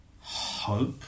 hope